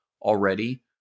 already